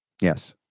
Yes